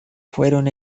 fueron